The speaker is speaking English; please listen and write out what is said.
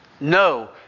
No